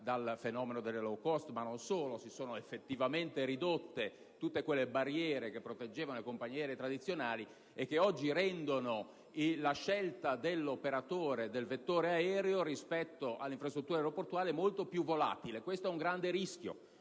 dal fenomeno delle *low cost*, ma non solo: si sono effettivamente ridotte tutte le barriere che proteggevano le compagnie aeree tradizionali e che oggi rendono la scelta dell'operatore, del vettore aereo, rispetto all'infrastruttura aeroportuale molto più volatile. Questo è un grande rischio